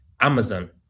Amazon